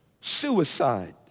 suicide